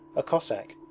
a cossack,